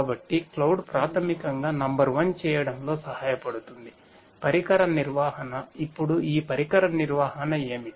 కాబట్టి క్లౌడ్ ప్రాథమికంగా number one చేయడంలో సహాయపడుతుందిపరికర నిర్వహణ ఇప్పుడు ఈ పరికర నిర్వహణ ఏమిటి